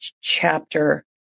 chapter